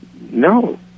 no